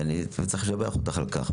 וצריך לשבח אותך על כך,